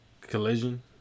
Collision